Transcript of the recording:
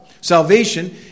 Salvation